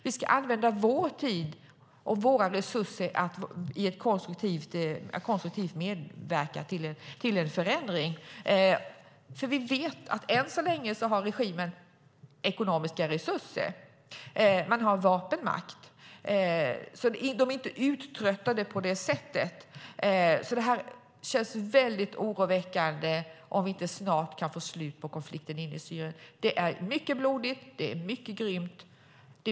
Vi ska använda vår tid och våra resurser till att konstruktivt medverka till en förändring. Vi vet att regimen än så länge har ekonomiska resurser och vapenmakt. Den är inte uttröttad på det sättet. Det känns oroväckande om vi inte snart kan få slut på konflikten inne i Syrien. Det är mycket blodigt och mycket grymt.